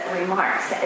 remarks